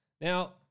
Now